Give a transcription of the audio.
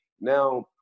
now